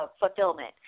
fulfillment